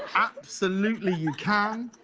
absolutely you can.